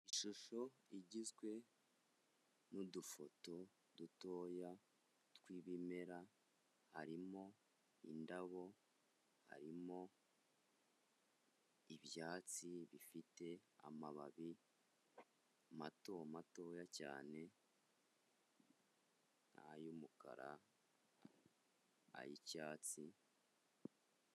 Ishusho igizwe n'udufoto dutoya tw'ibimera harimo, indabo harimo ibyatsi bifite amababi mato matoya cyane, ay'umukara, acyatsi.